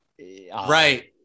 right